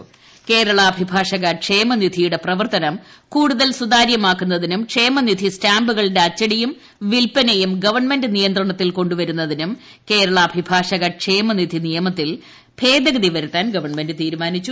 അഭിഭാഷക ക്ഷേമനിധി അഭിഭാഷക ക്ഷേമനിധിയുടെ പ്രവർത്തനം കൂടുതൽ കേരള സുതാര്യമാക്കുന്നതിനും ക്ഷേമനിധി സ്റ്റാമ്പുകളുടെ അച്ചടിയും വിൽപ്പനയും ഗവൺമെന്റ് നിയന്ത്രണത്തിൽ കൊണ്ടുവരുന്നതിനും കേരള അഭിഭാഷക ക്ഷേമനിധി നിയമത്തിൽ ഭേദഗതി വരുത്താൻ ഗവൺമെന്റ് തീരുമാനിച്ചു